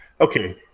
Okay